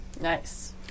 Nice